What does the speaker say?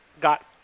got